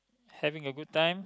having a good time